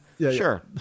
Sure